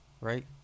right